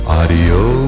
adios